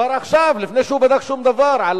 כבר עכשיו, לפני שהוא בדק משהו על המשט.